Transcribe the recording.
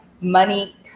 money